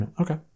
Okay